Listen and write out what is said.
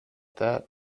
that